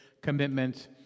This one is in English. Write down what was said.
commitments